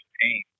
pain